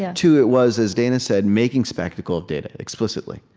two, it was, as danah said, making spectacle of data explicitly.